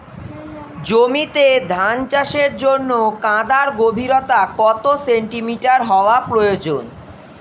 জমিতে ধান চাষের জন্য কাদার গভীরতা কত সেন্টিমিটার হওয়া প্রয়োজন?